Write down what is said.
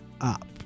up